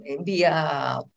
via